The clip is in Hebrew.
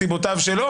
מסיבותיו שלו,